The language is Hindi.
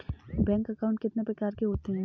बैंक अकाउंट कितने प्रकार के होते हैं?